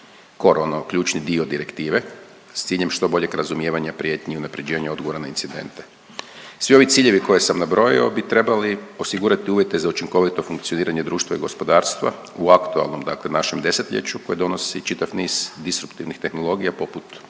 ključni dio direktive s ciljem što boljeg razumijevanja prijetnji i unapređenja odgovora na incidente. Svi ovi ciljevi koje sam nabrojio bi trebali osigurati uvjete za učinkovito funkcioniranje društva i gospodarstva u aktualnom našem desetljeću koje donosi čitav niz disuptivnih tehnologija poput